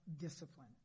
discipline